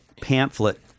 pamphlet